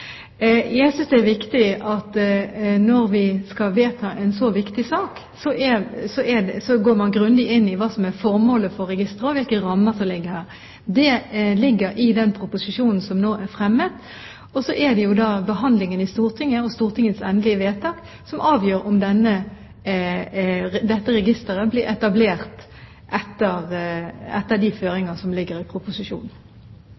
Jeg synes det er viktig at man, når man skal vedta en så viktig sak, går grundig inn i hva som er formålet for registeret, og hvilke rammer som ligger her. Det ligger i den proposisjonen som nå er fremmet. Så er det behandlingen i Stortinget og Stortingets endelige vedtak som avgjør om dette registeret blir etablert etter de føringer som ligger i proposisjonen. Etter